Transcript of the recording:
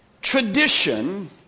tradition